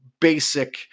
basic